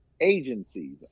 agencies